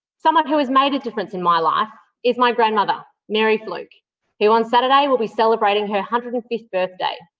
someone who has made a difference in my life is my grandmother, mary fluke who, on saturday, will be celebrating her one hundred and fifth birthday.